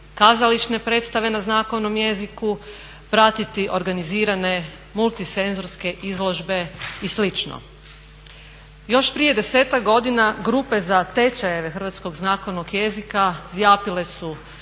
kazališne predstave na znakovnom jeziku, pratiti organizirane multisenzorske izložbe i slično. Još prije desetak godina grupe za tečajeve Hrvatskog znakovnog jezika zjapile su